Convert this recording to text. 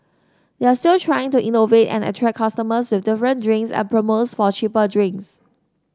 they're still trying to innovate and attract customers with different drinks and promos for cheaper drinks